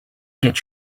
get